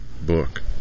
book